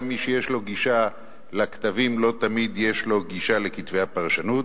גם מי שיש לו גישה לכתבים לא תמיד יש לו גישה לכתבי הפרשנות,